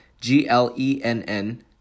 G-L-E-N-N